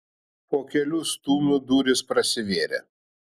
po kelių stūmių durys prasivėrė